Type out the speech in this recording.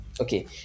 Okay